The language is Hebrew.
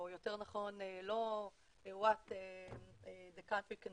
או יותר נכון לא what the country for